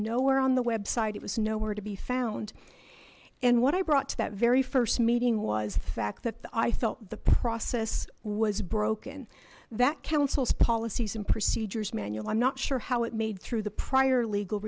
nowhere on the website it was nowhere to be found and what i brought to that very first meeting was the fact that i felt the process was broken that councils policies and procedures manual i'm not sure how it made through the prior legal